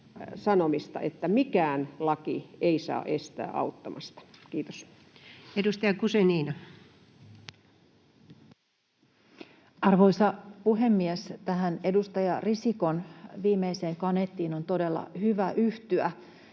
sanomaa, että mikään laki ei saa estää auttamasta. — Kiitos. Edustaja Guzenina. Arvoisa puhemies! Edustaja Risikon viimeiseen kaneettiin on todella hyvä yhtyä: